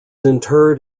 interred